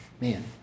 man